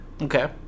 Okay